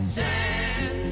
Stand